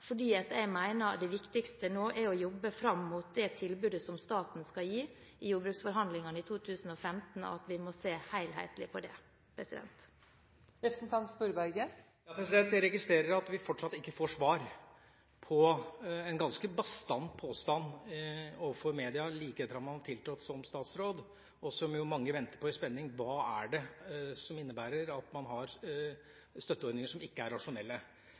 jeg mener det viktigste nå er å jobbe fram mot det tilbudet som staten skal gi i jordbruksforhandlingene i 2015, og at vi må se helhetlig på det. Jeg registrerer at vi fortsatt ikke får svar på en ganske bastant påstand overfor media like etter at man har tiltrådt som statsråd, og som jo mange venter på i spenning: Hva innebærer det at man har støtteordninger som ikke er rasjonelle?